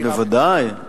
בוודאי.